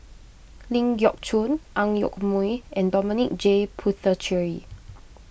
Ling Geok Choon Ang Yoke Mooi and Dominic J Puthucheary